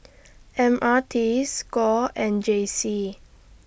M R T SCORE and J C